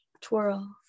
twirl